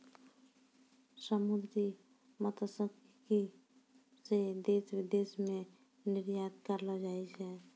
समुन्द्री मत्स्यिकी से देश विदेश मे निरयात करलो जाय छै